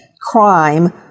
crime